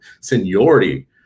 seniority